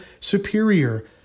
superior